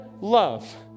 love